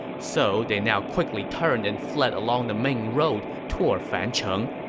so they now quickly turned and fled along the main road toward fancheng,